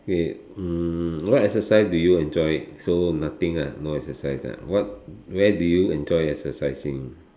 okay mm what exercise do you enjoy so nothing ah no exercise ah what where do you enjoy exercising